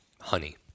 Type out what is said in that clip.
honey